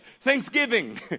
Thanksgiving